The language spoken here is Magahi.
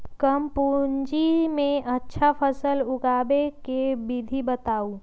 कम पूंजी में अच्छा फसल उगाबे के विधि बताउ?